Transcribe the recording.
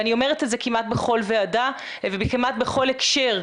ואני אומרת את זה כמעט בכל ועדה וכמעט בכל הקשר,